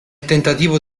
tentativo